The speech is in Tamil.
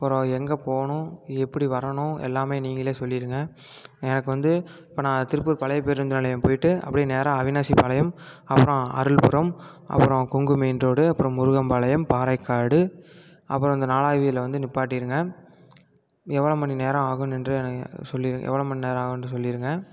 பிறவு எங்கே போகணும் எப்படி வரணும் எல்லாமே நீங்களே சொல்லிவிடுங்க எனக்கு வந்து இப்போ நான் திருப்பூர் பழைய பேருந்து நிலையம் போயிட்டு அப்படியே நேராக அவினாசிபாளையம் அப்புறம் அருள்புரம் அப்புறம் கொங்கு மெயின் ரோடு அப்புறம் முருகம்பாளையம் பாறைக்காடு அப்புறம் இந்த நாலாவது வீதியில வந்து நிப்பாட்டிருங்க எவ்வளோ மணி நேரம் ஆகுனென்று எனக் சொல்லி எவ்வளோ மணி நேரம் ஆகும் என்று சொல்லிவிடுங்க